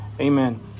Amen